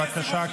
בבקשה,